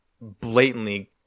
blatantly